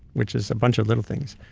which is a bunch of little things.